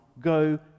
go